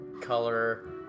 color